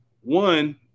One